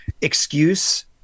excuse